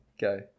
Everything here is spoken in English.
Go